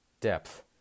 Depth